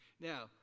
Now